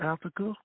Africa